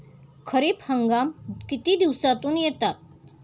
खरीप हंगाम किती दिवसातून येतात?